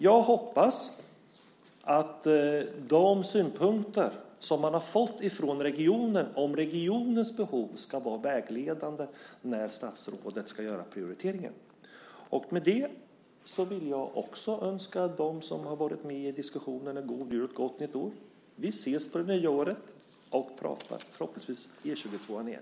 Jag hoppas att de synpunkter som man har fått från regionen om regionens behov ska vara vägledande när statsrådet ska göra prioriteringen. Med det vill jag också önska dem som har varit med i diskussionen en god jul och ett gott nytt år. Vi ses på det nya året och pratar, förhoppningsvis, om E 22:an igen.